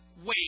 wait